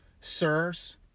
sirs